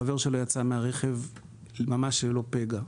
חבר שלו יצא מהרכב ממש ללא פגע,